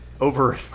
over